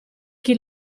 chi